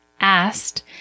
asked